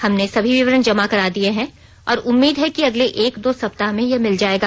हमने सभी विवरण जमा करा दिए हैं और उम्मीद है कि अगले एक दो सप्ताह में यह मिल जाएगा